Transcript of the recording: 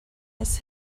has